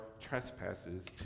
trespasses